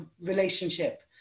relationship